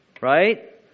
Right